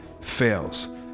fails